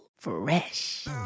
Fresh